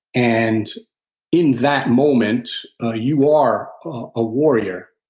and in that moment you are a warrior.